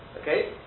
Okay